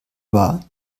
wahr